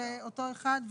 זה אותו אחד,